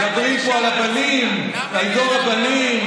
מדברים פה על הבנים, על דור הבנים.